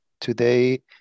Today